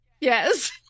Yes